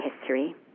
history